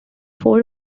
four